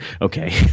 okay